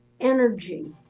energy